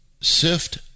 sift